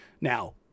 Now